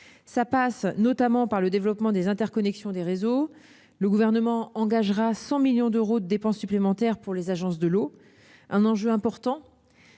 Cela passe notamment par le développement des interconnexions de réseaux. Le Gouvernement engagera 100 millions d'euros de dépenses supplémentaires pour les agences de l'eau. Ce n'est pas